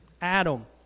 Adam